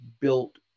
built